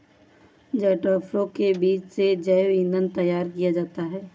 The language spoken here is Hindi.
जट्रोफा के बीज से जैव ईंधन तैयार किया जाता है